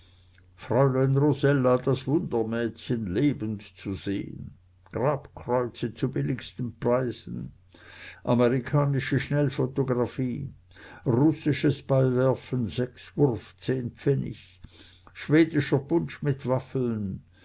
fräulein rosella das wundermädchen lebend zu sehen grabkreuze zu billigsten preisen amerikanische schnellphotographie russisches ballwerfen sechs wurf zehn pfennig schwedischer punsch mit waffeln